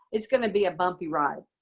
it's going to be a bumpy ride.